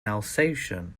alsatian